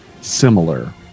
similar